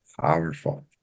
powerful